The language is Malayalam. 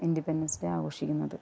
ഇന്റിപ്പെന്റന്സ് ഡേ ആഘോഷിക്കുന്നത്